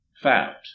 found